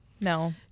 No